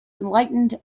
enlightened